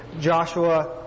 Joshua